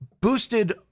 boosted